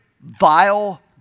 vile